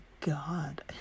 god